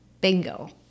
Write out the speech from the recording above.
Bingo